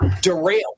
derail